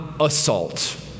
assault